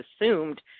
assumed